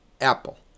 apple